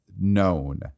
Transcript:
known